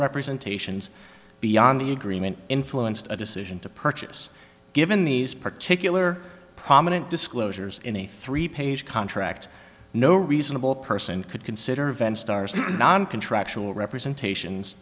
representations beyond the agreement influenced a decision to purchase given these particular prominent disclosures in a three page contract no reasonable person could consider event stars contractual representations